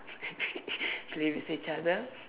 play with each other